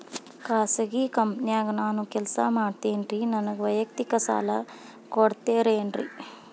ಖಾಸಗಿ ಕಂಪನ್ಯಾಗ ನಾನು ಕೆಲಸ ಮಾಡ್ತೇನ್ರಿ, ನನಗ ವೈಯಕ್ತಿಕ ಸಾಲ ಕೊಡ್ತೇರೇನ್ರಿ?